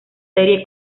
serie